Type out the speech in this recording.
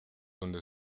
donde